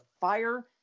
FIRE